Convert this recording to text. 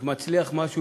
שאם מצליח משהו,